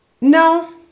No